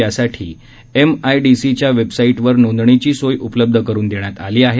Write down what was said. यासाठी एमआयडीसीच्या वेबसाइटवर नोंदणीची सोय उपलब्ध करून देण्यात आली आहे